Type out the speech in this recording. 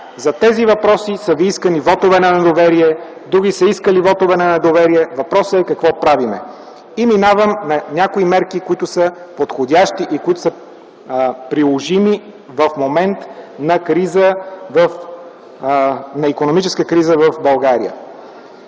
За тези въпроси са ви искани вотове на недоверие, други са искали вотове на недоверие, въпросът е какво правим. И минавам към някои мерки, които са подходящи и които са приложими в момент на икономическа криза в България.